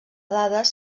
dades